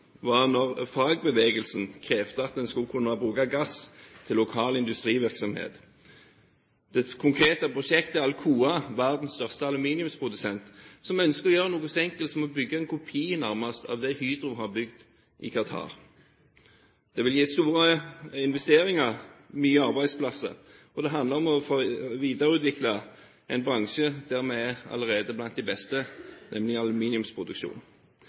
var da fagbevegelsen krevde at en skulle kunne bruke gass til lokal industrivirksomhet. Det konkrete prosjektet gjelder Alcoa, verdens største aluminiumsprodusent, som ønsker å gjøre noe så enkelt som å bygge nærmest en kopi av det Hydro har bygget i Qatar. Det vil bli store investeringer, mange arbeidsplasser, og det handler om å videreutvikle en bransje der vi allerede er blant de beste, nemlig aluminiumsproduksjon.